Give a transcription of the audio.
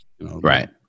Right